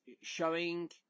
showing